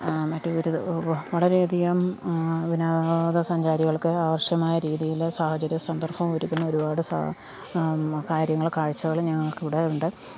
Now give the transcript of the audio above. മറ്റ് ഒരു വളരെയധികം വിനോദസഞ്ചാരികൾക്ക് ആവശ്യമായ രീതിയിൽ സാഹചര്യവും സന്ദർഭവും ഒരുക്കുന്ന ഒരുപാട് സാ കാര്യങ്ങൾ കാഴ്ചകൾ ഞങ്ങൾക്ക് ഇവിടെ ഉണ്ട്